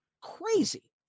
crazy